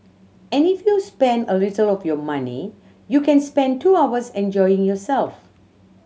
and if you spend a little of your money you can spend two hours enjoying yourself